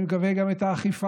אני מקווה גם את האכיפה,